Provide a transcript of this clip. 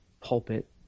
pulpit